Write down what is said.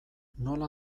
nola